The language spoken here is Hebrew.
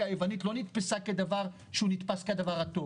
היוונית לא נתפסה כדבר שהוא דבר טוב.